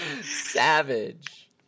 savage